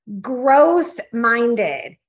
growth-minded